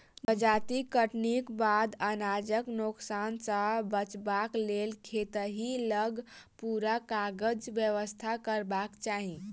जजाति कटनीक बाद अनाजक नोकसान सॅ बचबाक लेल खेतहि लग पूरा काजक व्यवस्था करबाक चाही